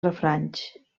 refranys